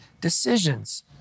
decisions